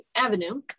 avenue